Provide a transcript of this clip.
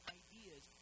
ideas